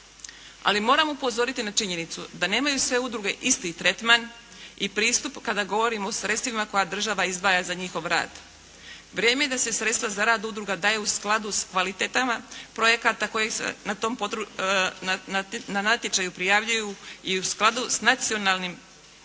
Ali moram upozoriti na činjenicu da nemaju sve udruge isti tretman i pristup kada govorimo o sredstvima koja država izdvaja za njihov rad. Vrijeme je da se sredstva za rad udruga daju u skladu s kvalitetama projekata koji se na natječaju prijavljuju i u skladu s nacionalnim strategijama.